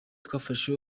twafashe